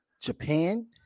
Japan